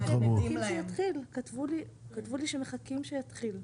כתבו לי שמחכים שיתחיל.